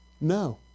No